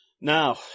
now